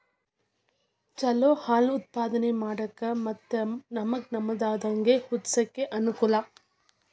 ಚಲೋ ಹಾಲ್ ಉತ್ಪಾದನೆ ಮಾಡಾಕ ಮತ್ತ ನಮ್ಗನಾವ ದಂದೇಗ ಹುಟ್ಸಾಕ ಅನಕೂಲ